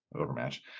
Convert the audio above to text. overmatch